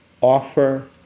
offer